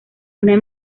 una